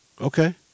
Okay